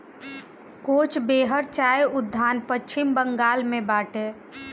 कोच बेहर चाय उद्यान पश्चिम बंगाल में बाटे